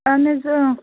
اَہَن حظ